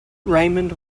raymond